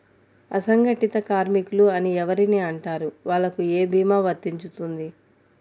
అసంగటిత కార్మికులు అని ఎవరిని అంటారు? వాళ్లకు ఏ భీమా వర్తించుతుంది?